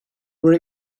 were